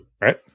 Right